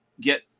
get